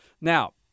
Now